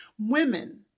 women